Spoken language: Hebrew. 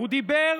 הוא דיבר,